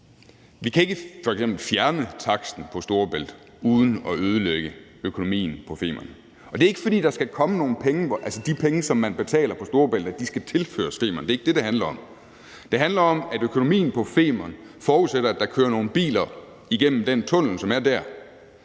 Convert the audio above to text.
f.eks. ikke fjerne taksten på Storebælt uden at ødelægge økonomien på Femern, og det er ikke, fordi de penge, som man betaler på Storebælt, skal tilføres Femern. Det er ikke det, det handler om. Men det handler om, at økonomien på Femern forudsætter, at der kører nogle biler igennem den tunnel, som kommer